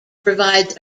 provides